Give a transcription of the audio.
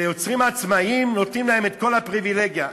ליוצרים עצמאיים נותנים את כל הפריבילגיה.